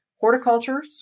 Horticulture